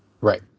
Right